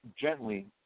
gently